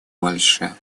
больше